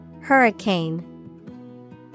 Hurricane